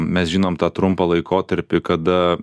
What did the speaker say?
mes žinom tą trumpą laikotarpį kada